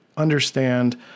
understand